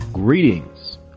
Greetings